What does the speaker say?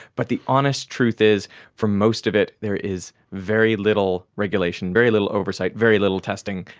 but the honest truth is for most of it there is very little regulation, very little oversight, very little testing,